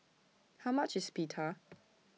How much IS Pita